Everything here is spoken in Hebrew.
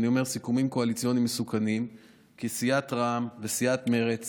אני אומר "סיכומים קואליציוניים מסוכנים" כי סיעת רע"מ וסיעת מרצ